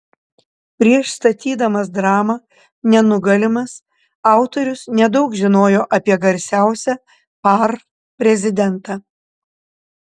prieš statydamas dramą nenugalimas autorius nedaug žinojo apie garsiausią par prezidentą